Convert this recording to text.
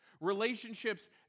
Relationships